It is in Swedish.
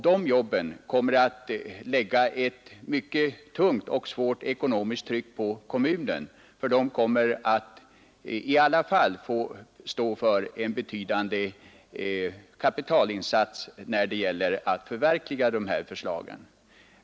De kommer att lägga ett mycket tungt och svårt ekonomiskt tryck på kommunen, ty denna kommer i alla fall att få stå för en betydande kapitalinsats när det gäller att förverkliga dessa förslag.